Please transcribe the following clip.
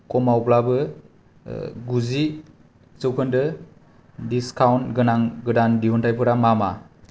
खमावब्लाबो गुजि जौखोन्दो डिसकाउन्ट गोनां गोदान दिहुनथाइफोरा मा मा